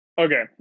Okay